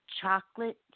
chocolate